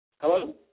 Hello